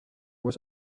was